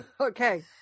okay